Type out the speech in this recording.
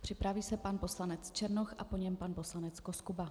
Připraví se pan poslanec Černoch a po něm pan poslanec Koskuba.